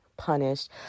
punished